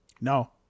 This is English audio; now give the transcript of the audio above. No